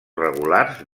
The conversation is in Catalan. regulars